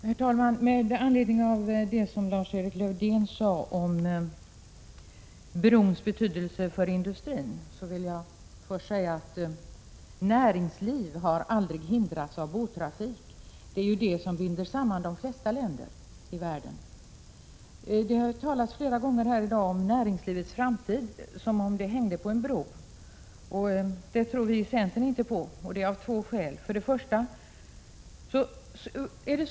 Herr talman! Med anledning av det Lars-Erik Lövdén sade om en Öresundsbros betydelse för industrin vill jag först nämna att näringsliv aldrig har hindrats av båttrafik. Det är ju en sådan som binder samman de flesta länder i världen. Flera gånger i dag har det talats om näringslivets framtid som om den hängde på en bro. Av två skäl tror vi i centern inte på det.